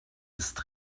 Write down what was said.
ist